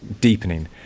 deepening